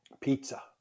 Pizza